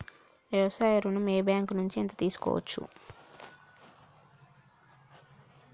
వ్యవసాయ ఋణం ఏ బ్యాంక్ నుంచి ఎంత తీసుకోవచ్చు?